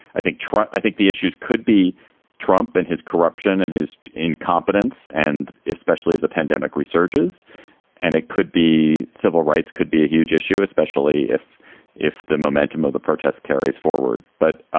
i think trump. i think the issues could be trump and his corruption and his incompetence, and especially if the pandemic resurges and it could be civil rights could be a huge issue, especially if if the momentum of the protests carries forward. but